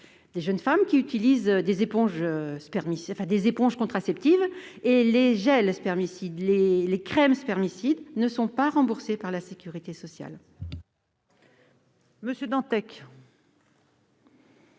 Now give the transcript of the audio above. de jeunes femmes qui utilisent des éponges contraceptives, des gels ou des crèmes spermicides, qui ne sont pas remboursés par la sécurité sociale.